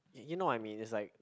you know what I mean it's like